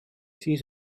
siis